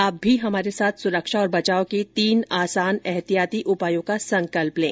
आप भी हमारे साथ सुरक्षा और बचाव के तीन आसान एहतियाती उपायों का संकल्प लें